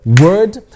word